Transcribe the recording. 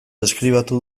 deskribatu